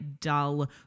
dull